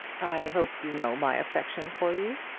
i hope you know my affection for you.